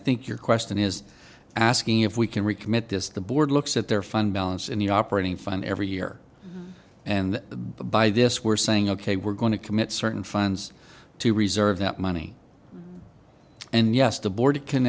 think your question is asking if we can recommit this the board looks at their fund balance in the operating fund every year and by this we're saying ok we're going to commit certain funds to reserve that money and yes the board